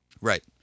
Right